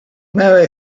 marry